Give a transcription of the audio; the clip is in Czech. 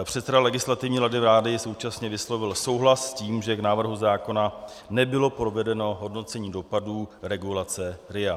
Předseda Legislativní rady vlády současně vyslovil souhlas s tím, že k návrhu zákona nebylo provedeno hodnocení dopadů regulace RIA.